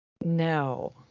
No